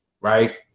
right